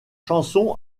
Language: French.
chanson